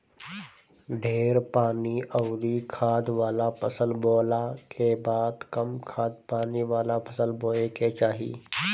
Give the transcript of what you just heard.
ढेर पानी अउरी खाद वाला फसल बोअला के बाद कम खाद पानी वाला फसल बोए के चाही